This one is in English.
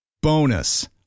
Bonus